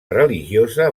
religiosa